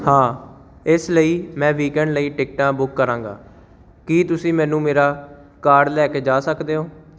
ਹਾਂ ਇਸ ਲਈ ਮੈਂ ਵੀਕੈਂਡ ਲਈ ਟਿਕਟਾਂ ਬੁੱਕ ਕਰਾਂਗਾ ਕੀ ਤੁਸੀਂ ਮੈਨੂੰ ਮੇਰਾ ਕਾਰਡ ਲੈ ਕੇ ਜਾ ਸਕਦੇ ਹੋ